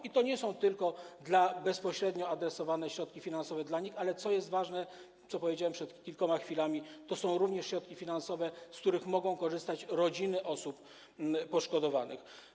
I to nie są tylko bezpośrednio adresowane do nich środki finansowe, ale, co jest ważne, co powiedziałem przed kilkoma chwilami, to są również środki finansowe, z których mogą korzystać rodziny osób poszkodowanych.